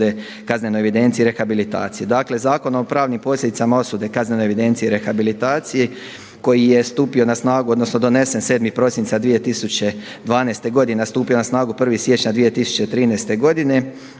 osude, kaznene evidencije i rehabilitaciji koji je stupio na snagu, odnosno donesen 7. prosinca 2012. godine, a stupio na snagu 1. siječnja 2013. godine